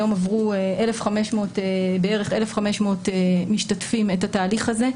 היום עברו בערך 1,500 משתתפים את התהליך הזה.